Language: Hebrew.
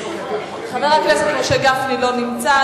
לא נמצא.